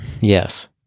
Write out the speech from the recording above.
Yes